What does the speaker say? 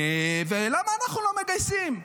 ולמה אנחנו לא מגייסים.